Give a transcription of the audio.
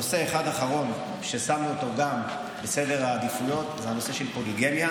נושא אחד אחרון ששמנו אותו בסדר העדיפויות זה הנושא של פוליגמיה.